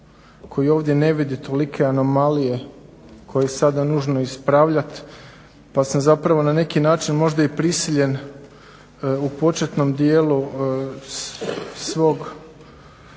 koji ovdje ne vidi tolike anomalije koje je sada nužno ispravljati pa sam zapravo na neki način možda i prisiljen u početnom dijelu svog